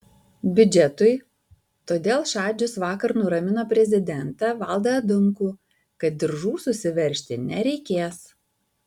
biudžetui todėl šadžius vakar nuramino prezidentą valdą adamkų kad diržų susiveržti nereikės